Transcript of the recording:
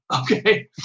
okay